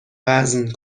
وزن